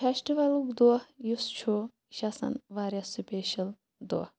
فیسٹِولُک دۄہ یُس چھُ یہِ چھُ آسن واریاہ سٕپیشیل دۄہ